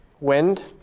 Wind